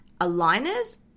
aligners